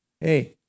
Hey